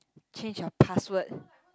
change your password